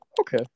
Okay